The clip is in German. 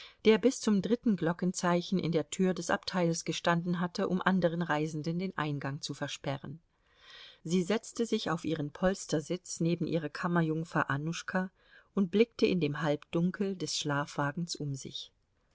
der bis zum dritten glockenzeichen in der tür des abteils gestanden hatte um anderen reisenden den eingang zu versperren sie setzte sich auf ihren polstersitz neben ihre kammerjungfer annuschka und blickte in dem halbdunkel des schlafwagens um sich